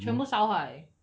全部烧坏